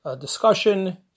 discussion